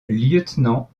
lieutenant